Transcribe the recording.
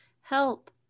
help